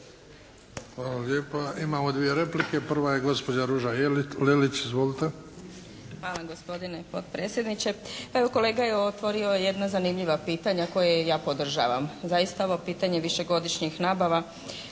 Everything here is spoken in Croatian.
Hvala lijepa. Imamo dvije replike. Prva je gospođa Ruža Lelić. Izvolite. **Lelić, Ruža (HDZ)** Hvala gospodine potpredsjedniče. Evo kolega je otvorio jedno zanimljivo pitanje, a koje ja podržavam. Zaista ovo pitanje višegodišnjih nabava